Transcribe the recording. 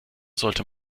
sollte